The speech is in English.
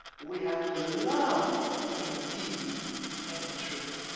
we have to love in deed and in truth.